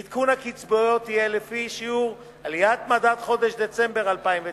עדכון הקצבאות יהיה לפי שיעור עליית מדד חודש דצמבר 2009,